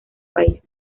país